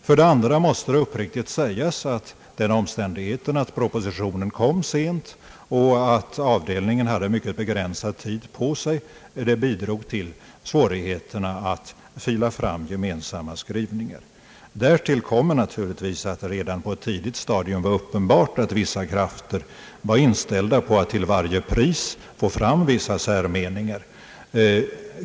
För det andra måste det uppriktigt sägas, att den omständigheten att propositionen kom sent och att avdelningen hade mycket begränsad tid på sig bidrog till svårigheterna att fila fram gemensamma skrivningar. Därtill kommer naturligtvis, att det redan på ett tidigt stadium var uppenbart att vissa krafter var inställda på att till varje pris få fram vissa särmeningar.